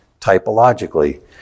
typologically